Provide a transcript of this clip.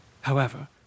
However